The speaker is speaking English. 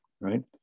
right